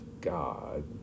God